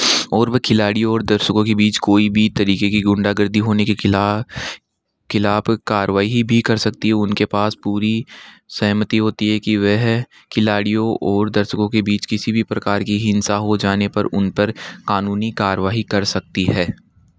और वो खिलाड़ीयों और दर्शको के बीच कोई भी तरीके की गुंडागर्दी होने के खिला खिलाफ़ कारवाईं भी कर सकती है उनके पास पूरी सहमति होती है कि वह खिलाड़ियों और दर्शकों के बीच किसी भी प्रकार की हिंसा हो जाने पर उन पर कानूनी कारवाई कर सकती है